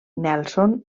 nelson